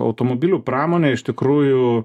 automobilių pramonė iš tikrųjų